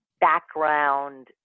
background